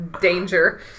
danger